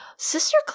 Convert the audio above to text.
Sister